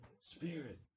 Spirit